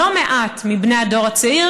לא מעט מבני הדור הצעיר,